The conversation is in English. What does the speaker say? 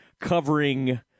covering